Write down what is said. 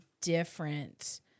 different